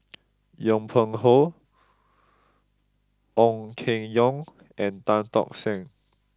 Yong Pung How Ong Keng Yong and Tan Tock San